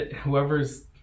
whoever's